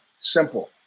Simple